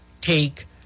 take